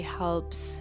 helps